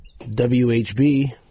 WHB